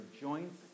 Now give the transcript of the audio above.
joints